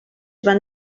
van